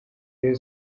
rayon